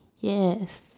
yes